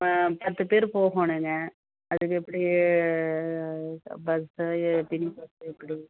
ஆ பத்து பேர் போகணுங்க அதுக்கு எப்படி பஸ்ஸா இது எப்படி